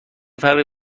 فرقی